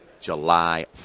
July